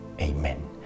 Amen